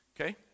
Okay